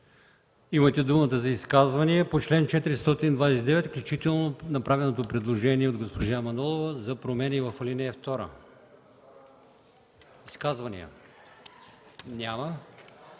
Имате думата за изказвания по чл. 429, включително по направеното предложение от госпожа Манолова за промени в ал. 2. Няма изказвания.